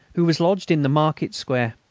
who was lodged in the market-square.